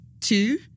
Two